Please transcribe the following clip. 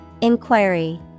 Inquiry